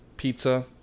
Pizza